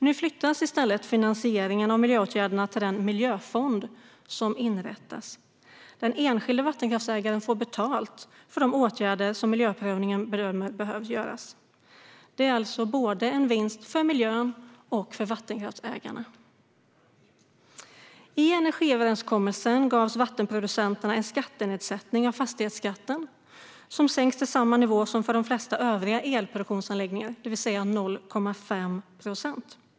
Nu flyttas i stället finansieringen av miljöåtgärderna till den miljöfond som inrättas. Den enskilde vattenkraftsägaren får betalt för de åtgärder som miljöprövningen bedömer behöver göras. Det är alltså en vinst för både miljön och vattenkraftsägarna. I energiöverenskommelsen gavs vattenkraftsproducenterna en nedsättning av fastighetsskatten, som sänks till samma nivå som för de flesta övriga elproduktionsanläggningar, det vill säga 0,5 procent.